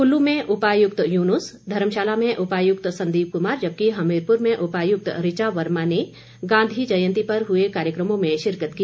कुल्लू में उपायुक्त युनुस धर्मशाला में उपायुक्त संदीप कुमार जबकि हमीरपुर में उपायुक्त ऋचा वर्मा ने गांधी जयंती पर हुए कार्यक्रमों में शिरकत की